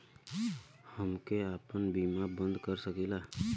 हमके आपन बीमा बन्द कर सकीला?